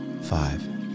five